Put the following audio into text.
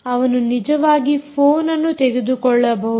ಅವನು ನಿಜವಾಗಿ ಫೋನ್ಅನ್ನು ತೆಗೆದುಕೊಳ್ಳಬಹುದು